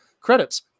Credits